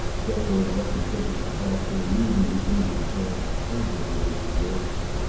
then lord rufford took his departure leaving the injured parent panting with his exertions.